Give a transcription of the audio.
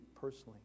personally